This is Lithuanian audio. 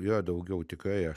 jo daugiau tikrai aš